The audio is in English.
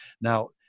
Now